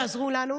תעזרו לנו,